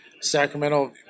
Sacramento